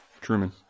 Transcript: Truman